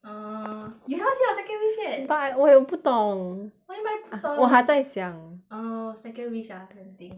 err you haven't say your second wish yet but I 我也不懂 what you mean 不懂我还在想 err second wish ah let me think